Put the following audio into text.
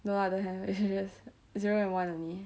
no lah don't have is just zero and one only